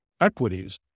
equities